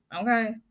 okay